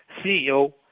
CEO